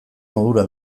modura